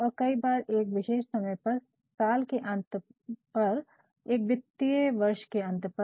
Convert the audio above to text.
और कई बार एक विशेष समय पर साल के अंत पर या एक वित्तीय वर्ष के अंत पर